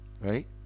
right